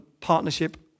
partnership